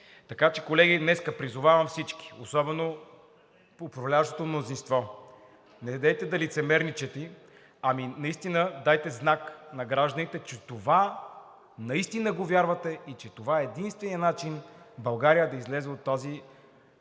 Така че, колеги, днес призовавам всички, особено управляващото мнозинство, недейте да лицемерничите, ами наистина дайте знак на гражданите, че това го вярвате и че това е единственият начин България да излезе от тази безкрайна